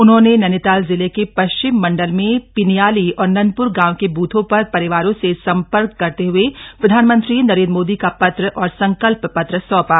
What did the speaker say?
उन्होंने नैनीताल ज़िले के पश्चिम मंडल में पनियाली और नंदपुर गांव के बूथों पर परिवारों से सम्पर्क करते हए प्रधानमंत्री नरेंद्र मोदी का पत्र और संकल्प पत्र सौंपा